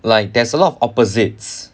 like there's a lot of opposites